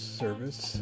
service